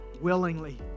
willingly